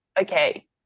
okay